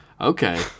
Okay